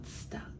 stuck